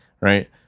right